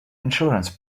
insurance